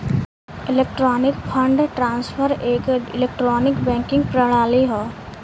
electronic fund transfer एक electronic banking प्रणाली हौ